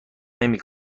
نمی